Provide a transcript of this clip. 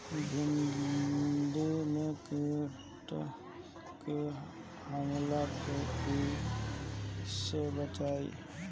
भींडी के कीट के हमला से कइसे बचाई?